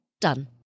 Done